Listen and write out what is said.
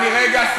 רגע.